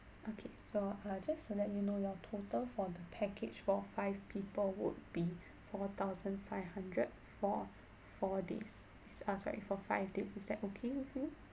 okay so err just to let you know your total for the package for five people would be four thousand five hundred for four days err sorry for five days is that okay with you